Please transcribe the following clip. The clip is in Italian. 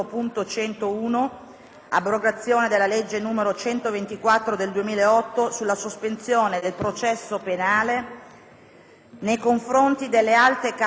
(abrogazione della legge n. 124 del 2008 sulla sospensione del processo penale nei confronti delle alte cariche dello Stato),